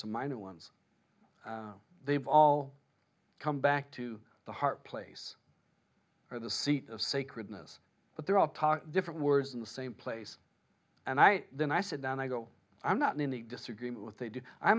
some minor ones they've all come back to the heart place or the seat of sacredness but there are different words in the same place and i then i sit down i go i'm not in any disagreement what they d